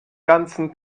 ganzen